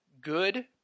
good